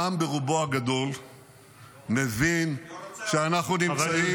העם ברובו הגדול מבין שאנחנו נמצאים --- לא רוצה אותך.